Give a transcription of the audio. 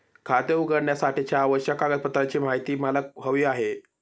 खाते उघडण्यासाठीच्या आवश्यक कागदपत्रांची माहिती मला हवी आहे